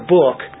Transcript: book